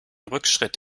rückschritt